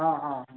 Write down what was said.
ହଁ ହଁ ହଁ